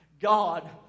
God